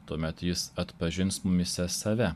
tuomet jis atpažins mumyse save